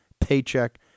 paycheck